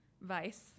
vice